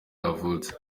yavutse